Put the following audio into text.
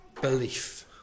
belief